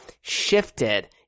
shifted